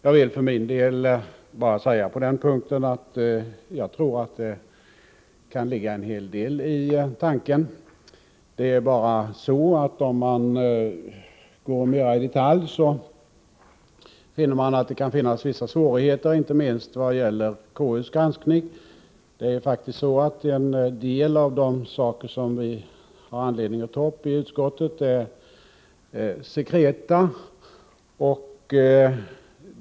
På den punkten vill jag för min del bara säga att jag tror att det kan ligga en hel deli tanken. Men om man studerar förslaget mera i detalj finner man att det kan uppstå vissa svårigheter, inte minst vad gäller konstitutionsutskottets granskning. En del av de saker som vi har anledning att ta upp i utskottet är faktiskt sekreta.